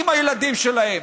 עם הילדים שלהם.